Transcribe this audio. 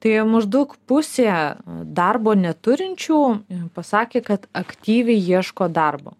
tai maždaug pusė darbo neturinčių pasakė kad aktyviai ieško darbo